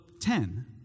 ten—